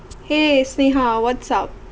!hey! sneeha what's up